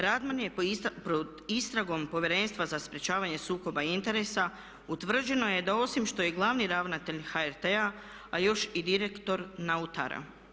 Radman je pod istragom Povjerenstva za sprječavanje sukoba interesa, utvrđeno je da osim što je glavni ravnatelj HRT-a a još i direktor Nautara.